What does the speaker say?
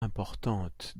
importante